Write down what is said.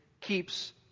keeps